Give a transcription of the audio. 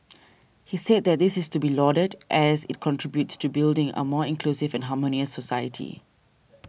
he said that this is to be lauded as it contributes to building a more inclusive and harmonious society